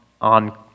on